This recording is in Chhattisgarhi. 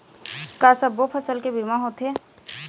का सब्बो फसल के बीमा होथे?